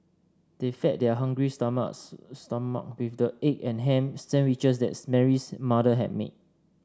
they fed their hungry stomachs stomach with the egg and ham sandwiches that Mary's mother had made